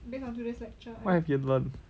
what have you learnt